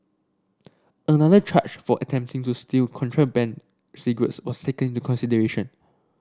another charge for attempting to steal contraband cigarettes was taken to consideration